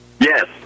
Yes